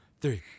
three